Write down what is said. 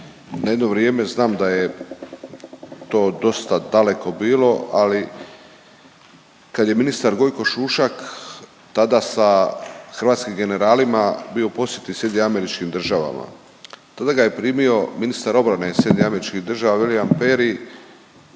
na jedno vrijeme, znam da je to dosta daleko bilo, ali kad je ministar Gojko Šušak tada sa hrvatskim generalima bio u posjeti SAD-u, tada ga je primio ministar obrane SAD-a William Perry